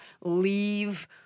leave